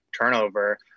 turnover